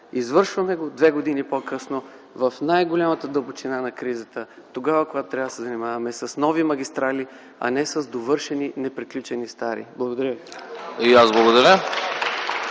Извършваме го две години по-късно в най-голямата дълбочина на кризата – тогава, когато трябва да се занимаваме с нови магистрали, а не с недовършени и неприключени стари. (Викове: